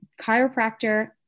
chiropractor